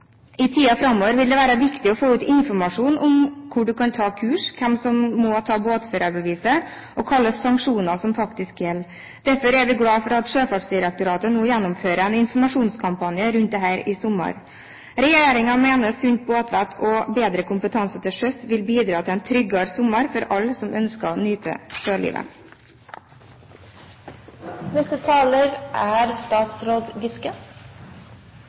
I tiden framover vil det være viktig å få ut informasjon om hvor man kan ta kurs, hvem som må ta båtførerbeviset, og hvilke sanksjoner som faktisk gjelder. Derfor er vi glad for at Sjøfartsdirektoratet nå gjennomfører en informasjonskampanje rundt dette i sommer. Regjeringen mener at sunt båtvett og bedre kompetanse til sjøs vil bidra til en tryggere sommer for alle som ønsker å nyte